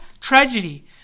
Tragedy